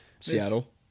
Seattle